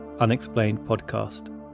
unexplainedpodcast